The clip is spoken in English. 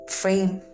frame